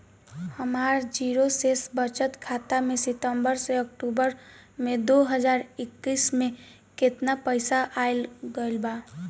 हमार जीरो शेष बचत खाता में सितंबर से अक्तूबर में दो हज़ार इक्कीस में केतना पइसा आइल गइल बा?